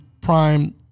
prime